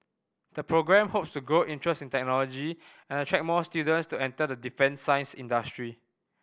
the programme hopes to grow interest in technology and attract more students to enter the defence science industry